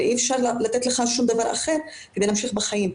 אבל אי אפשר לתת לך שום דבר אחר כדי להמשיך בחיים'.